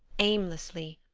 aimlessly,